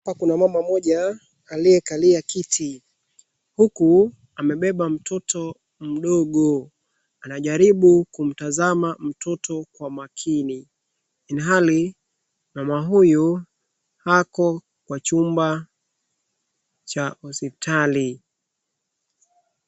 Hapa kuna mama mmoja aliyekalia kiti huku amebeba mtoto mdogo, anajaribu kumtazamaa mtoto kwa makini. Ilhali mama huyu ako kwa chumba cha hospitali